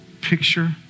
picture